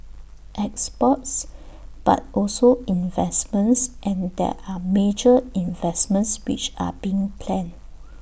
exports but also investments and there are major investments which are being planned